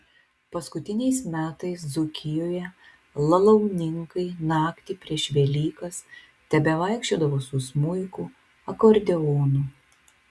paskutiniais metais dzūkijoje lalauninkai naktį prieš velykas tebevaikščiodavo su smuiku akordeonu